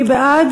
מי בעד